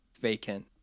vacant